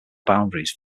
boundaries